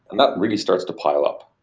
and that really starts to pile up.